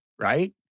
right